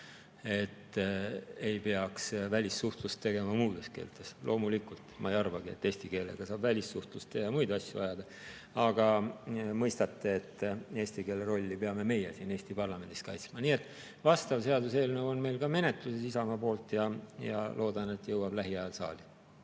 et ei tohiks välissuhtlust pidada muudes keeltes. Loomulikult tohib, ma ei arvagi, et eesti keelega saab välissuhtlust pidada ja muid asju ajada. Aga mõistate, et eesti keele rolli peame meie siin Eesti parlamendis kaitsma. Vastav seaduseelnõu on meil Isamaa antuna menetluses ja loodan, et see jõuab lähiajal saali.